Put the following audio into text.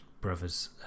Brothers